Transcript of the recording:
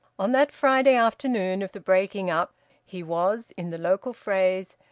on that friday afternoon of the breaking-up he was, in the local phrase,